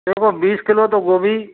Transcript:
लिखो बीस किलो तो गोभी